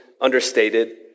understated